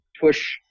push